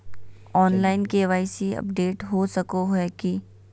Online KYC update हो सको है की?